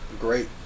Great